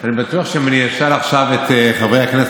אני בטוח שאם אני אשאל עכשיו את חברי הכנסת